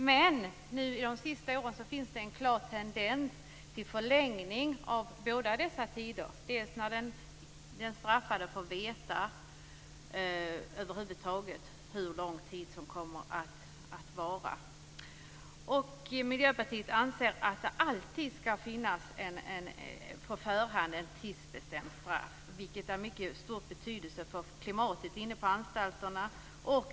Men under de senaste åren finns det en klar tendens till förlängning av både dessa tider, bl.a. när den straffade får veta hur lång strafftiden kommer att vara. Miljöpartiet anser att ett straff alltid skall tidsbestämmas på förhand. Detta har mycket stor betydelse för klimatet inne på anstalterna.